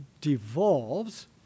devolves